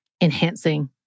enhancing